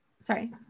sorry